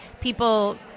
people